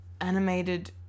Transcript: animated